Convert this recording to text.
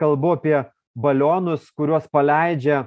kalbu apie balionus kuriuos paleidžia